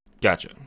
Gotcha